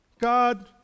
God